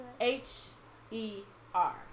H-E-R